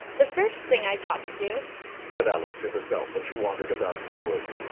the first thing i've got to do said alice to herself, as she wandered about in the wood,